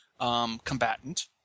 combatant